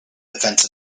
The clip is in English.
defense